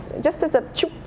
just as a choo.